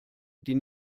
die